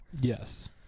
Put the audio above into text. Yes